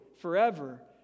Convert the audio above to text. forever